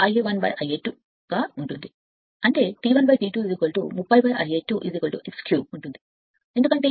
అంటే T1 T 2 30 Ia 2 x 3 ఉంటుంది ఎందుకంటే ఇది x 3